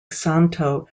santo